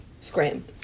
scram